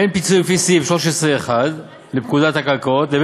בין פיצויים לפי סעיף 13(1) לפקודת הקרקעות לבין